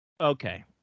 Okay